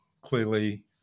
clearly